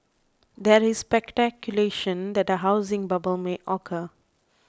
there is speculation that a housing bubble may occur